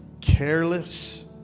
Careless